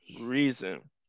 reason